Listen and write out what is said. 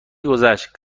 گذشت